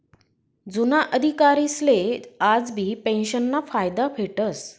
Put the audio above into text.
जुना अधिकारीसले आजबी पेंशनना फायदा भेटस